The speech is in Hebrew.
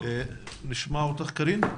נשמע אותך, קארין.